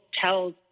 tell